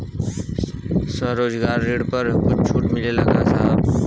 स्वरोजगार ऋण पर कुछ छूट मिलेला का साहब?